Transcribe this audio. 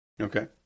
Okay